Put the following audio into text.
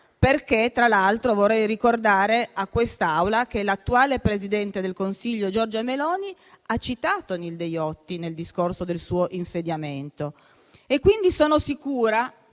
perché tra l'altro vorrei ricordare a questa Assemblea l'attuale presidente del Consiglio Giorgia Meloni ha citato Nilde Iotti nel discorso del suo insediamento. E, quindi, sono sicura